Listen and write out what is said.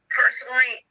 personally